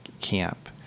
camp